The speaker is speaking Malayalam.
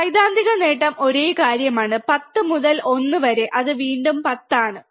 സൈദ്ധാന്തിക നേട്ടം ഒരേ കാര്യമാണ് 10 മുതൽ 1 വരെ അത് വീണ്ടും 10 ആണ്